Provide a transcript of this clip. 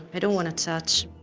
i don't want to touch.